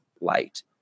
light